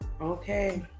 Okay